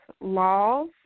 laws